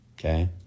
Okay